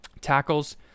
Tackles